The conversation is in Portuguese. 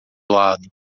lado